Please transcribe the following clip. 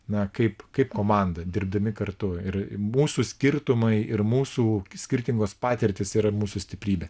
na kaip kaip komanda dirbdami kartu ir mūsų skirtumai ir mūsų skirtingos patirtys yra mūsų stiprybė